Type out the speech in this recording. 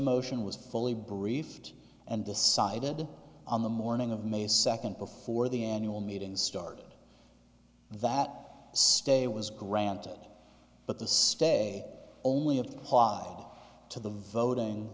motion was fully briefed and decided on the morning of may second before the annual meeting started that stay was granted but the stay only applied to the voting